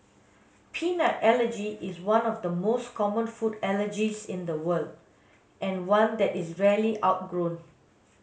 peanut allergy is one of the most common food allergies in the world and one that is rarely outgrown